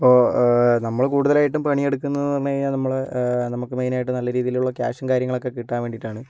ഇപ്പോൾ നമ്മള് കൂടുതലായിട്ടും പണിയെടുക്കുന്നത് എന്ന് പറഞ്ഞു കഴിഞ്ഞാൽ നമ്മളെ നമുക്ക് മെയിൻ ആയിട്ട് നല്ല രീതിയിലുള്ള ക്യാഷും കാര്യങ്ങളൊക്കെ കിട്ടാൻ വേണ്ടിയാണ്